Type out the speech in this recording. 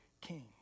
king